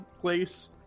place